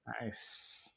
Nice